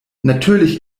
natürlich